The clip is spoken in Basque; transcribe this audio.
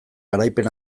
garaipen